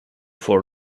for